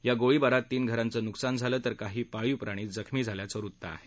या गोळीबारात तीन घरांचं न्कसान झालं तर काही पाळीव प्राणी जखमी झाल्याचं वृत आहे